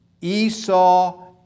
Esau